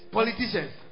politicians